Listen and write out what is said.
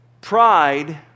Pride